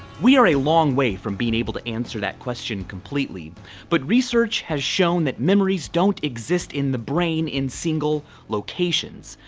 we are a long way from being able to answer that question completely but research has shown that memories don't exist in the brain in single locations.